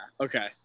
okay